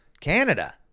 Canada